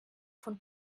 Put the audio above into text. von